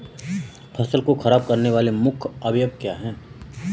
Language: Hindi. फसल को खराब करने वाले प्रमुख अवयव क्या है?